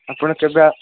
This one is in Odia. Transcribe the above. ଆପଣ କେବେ ଆ